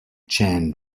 chan